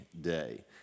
Day